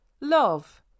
Love